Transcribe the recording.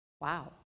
wow